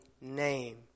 name